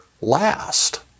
last